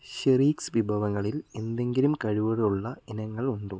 ഷെറീക്സ് വിഭവങ്ങളിൽ എന്തെങ്കിലും കിഴിവുകളുള്ള ഇനങ്ങൾ ഉണ്ടോ